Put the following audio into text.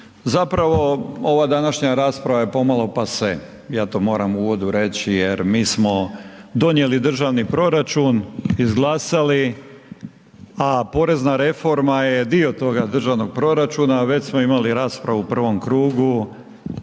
Zapravo ova današnja rasprave je pomalo pase, ja to moram u uvodu reći jer mi smo donijeli državni proračun, izglasali, a porezna reforma je dio toga državnog proračuna, a već smo imali raspravu u prvom krugu